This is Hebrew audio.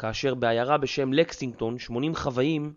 כאשר בעיירה בשם לקסינגטון, 80 חוואים...